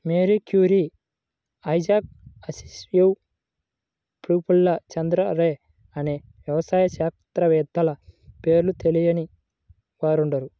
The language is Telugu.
Mary Curie, Isaac Asimov, Prafulla Chandra Ray అనే వ్యవసాయ శాస్త్రవేత్తల పేర్లు తెలియని వారుండరు